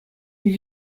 les